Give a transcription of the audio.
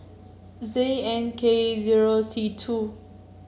Z N K zero C two